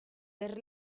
perd